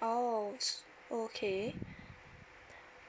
oh s~ okay